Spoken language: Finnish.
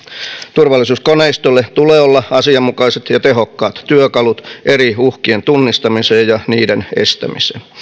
turvallisuuskoneistoille tulee olla asianmukaiset ja tehokkaat työkalut eri uhkien tunnistamiseen ja niiden estämiseen